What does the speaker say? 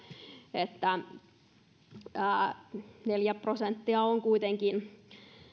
että neljä prosenttia on kuitenkin